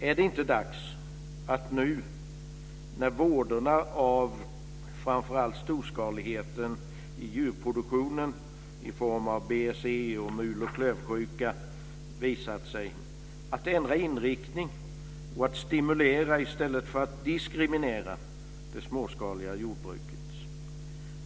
Är det inte dags att nu, när vådorna av framför allt storskaligheten i djurproduktionen i form av BSE och mul och klövsjuka visat sig, ändra inriktning och att stimulera i stället för att diskriminera det småskaliga jordbruket?